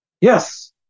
yes